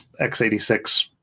x86